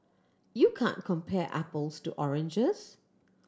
you can't compare apples to oranges